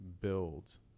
build